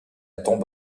tombe